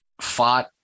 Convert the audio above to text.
fought